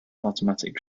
automatic